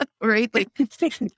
right